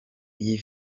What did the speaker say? iyi